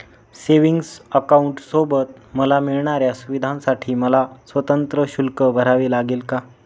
Savings अकाउंटसोबत मला मिळणाऱ्या सुविधांसाठी मला स्वतंत्र शुल्क भरावे लागेल का?